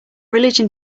religion